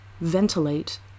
ventilate